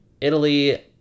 Italy